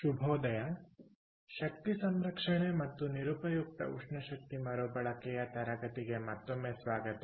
ಶುಭೋದಯ ಶಕ್ತಿ ಸಂರಕ್ಷಣೆ ಮತ್ತು ನಿರುಪಯುಕ್ತ ಉಷ್ಣಶಕ್ತಿ ಮರುಬಳಕೆಯ ತರಗತಿಗೆ ಮತ್ತೊಮ್ಮೆ ಸ್ವಾಗತ